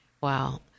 wow